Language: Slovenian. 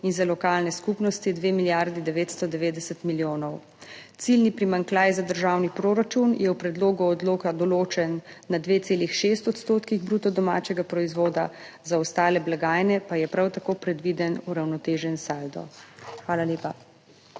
in za lokalne skupnosti 2 milijardi 990 milijonov. Ciljni primanjkljaj za državni proračun je v predlogu odloka določen na 2,6 % bruto domačega proizvoda, za ostale blagajne pa je prav tako predviden uravnotežen saldo. Hvala lepa.